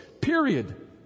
Period